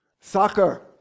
Soccer